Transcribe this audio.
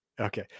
Okay